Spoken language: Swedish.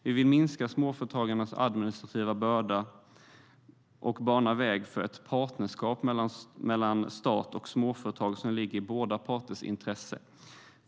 Vi vill minska småföretagarnas administrativa börda och bana väg för ett partnerskap mellan stat och småföretag som ligger i båda parters intresse.